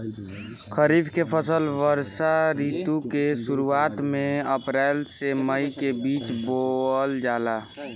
खरीफ के फसल वर्षा ऋतु के शुरुआत में अप्रैल से मई के बीच बोअल जाला